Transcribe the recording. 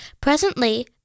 Presently